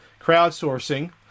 crowdsourcing